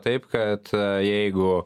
taip kad jeigu